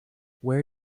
where